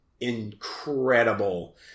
incredible